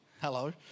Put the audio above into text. hello